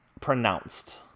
pronounced